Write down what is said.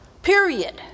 period